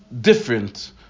different